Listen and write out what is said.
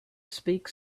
speak